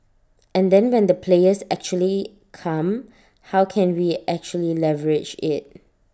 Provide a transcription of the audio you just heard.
and then when the players actually come how can we actually leverage IT